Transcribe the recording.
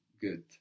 Good